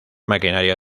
maquinaria